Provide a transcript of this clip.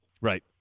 Right